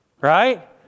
right